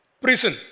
prison